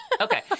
Okay